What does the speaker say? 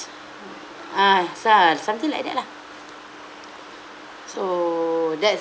ah something like that lah so that's